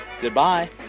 Goodbye